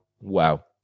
Wow